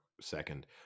second